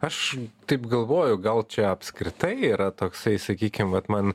aš taip galvojau gal čia apskritai yra toksai sakykim vat man